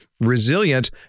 Resilient